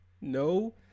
no